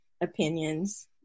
opinions